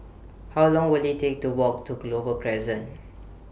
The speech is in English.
How Long Will IT Take to Walk to Clover Crescent